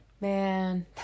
Man